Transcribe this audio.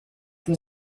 que